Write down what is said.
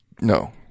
No